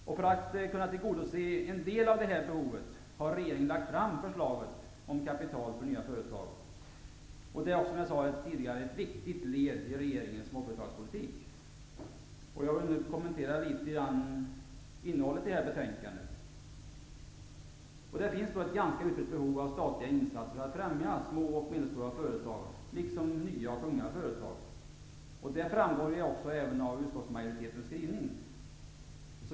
Och det är just för att kunna tillgodose en del av detta behov som regeringen lagt fram förslaget om kapital för nya företag. Detta är, som jag tidigare sade, ett viktigt led i regeringens småföretagspolitik. Jag vill nu litet grand kommentera innehållet i detta betänkande. Det finns ett ganska utbrett behov av statliga insatser för att främja både små och medelstora företag liksom nya och unga företag. Detta framgår ju även av utskottsmajoritetens skrivning.